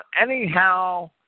anyhow